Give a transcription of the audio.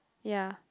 ya